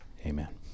Amen